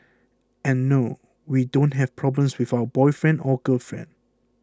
and no we don't have problems with our boyfriend or girlfriend